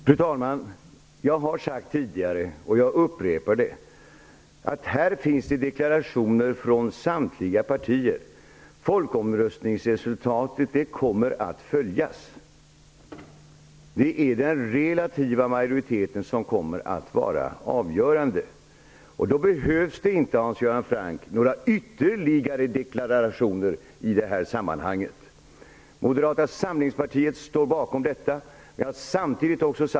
Fru talman! Jag har sagt tidigare och jag upprepar det. Här finns deklarationer från samtliga partier. Folkomröstningsresultatet kommer att följas. Det är den relativa majoriteten som kommer att vara avgörande. Då behövs det inte, Hans Göran Franck, några ytterligare deklarationer i det här sammanhanget. Moderata samlingspartiet står bakom detta.